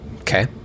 Okay